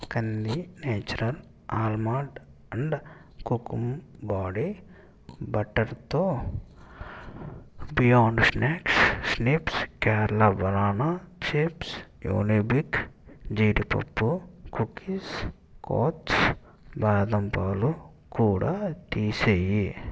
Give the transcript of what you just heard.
కందీ natural almond and kokum body బటర్తో beyond snacks snakes Kerala banana chips Unibic జీడిపప్పు cookies కోచ్ బాదం పాలు కూడా తీసేయి